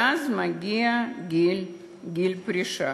ואז מגיע גיל פרישה,